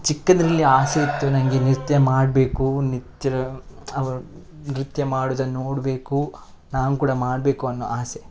ಚಿಕ್ಕದರಲ್ಲಿ ಆಸೆ ಇತ್ತು ನನಗೆ ನೃತ್ಯ ಮಾಡಬೇಕು ನಿತ್ರ ಅವ್ರು ನೃತ್ಯ ಮಾಡುದನ್ನು ನೋಡಬೇಕು ನಾನೂ ಕೂಡ ಮಾಡಬೇಕು ಅನ್ನೋ ಆಸೆ